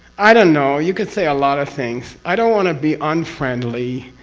i don't know, you could say a lot of things. i don't want to be unfriendly,